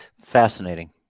Fascinating